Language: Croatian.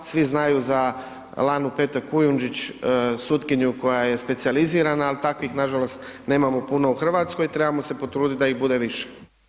Svi znaju za Lanu Petek Kujundžić, sutkinju koja je specijalizirana, ali takvih nažalost nemamo puno u Hrvatskoj, trebamo se potruditi da ih bude više.